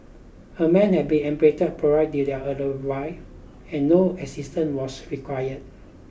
a man had been apprehended prior to their arrival and no assistance was required